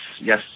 yes